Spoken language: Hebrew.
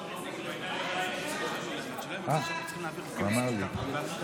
התרבות והספורט להכנה לקריאה הראשונה.